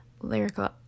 Lyrical